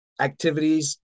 activities